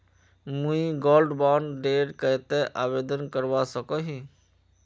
मुई gold bond डेर केते आवेदन करवा सकोहो ही?